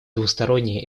двусторонние